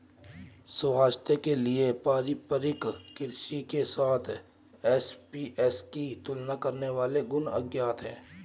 स्वास्थ्य के लिए पारंपरिक कृषि के साथ एसएपीएस की तुलना करने वाले गुण अज्ञात है